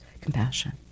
compassion